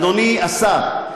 אדוני השר,